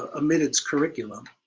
amid its curriculum.